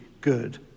good